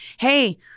hey